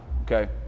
okay